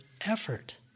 effort